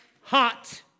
hot